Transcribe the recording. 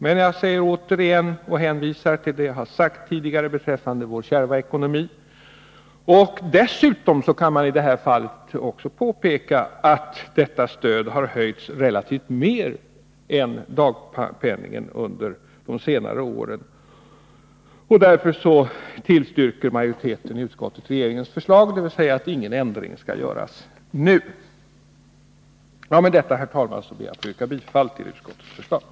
Men återigen hänvisar jag till det jag tidigare sagt beträffande vår kärva ekonomi. Dessutom kan i det här fallet påpekas att detta stöd under senare år har höjts relativt sett mer än dagpenningen. Därför tillstyrker utskottsmajoriteten regeringens förslag, dvs. att ingen ändring skall göras nu. Med detta, herr talman, ber jag att få yrka bifall till utskottets hemställan.